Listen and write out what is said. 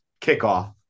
kickoff